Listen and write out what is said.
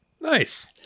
Nice